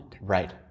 Right